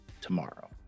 tomorrow